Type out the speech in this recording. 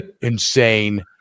insane